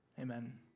Amen